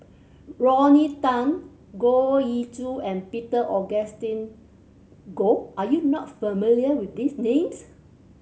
Rodney Tan Goh Ee Choo and Peter Augustine Goh are you not familiar with these names